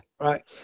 right